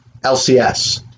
LCS